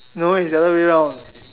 no it's the other way round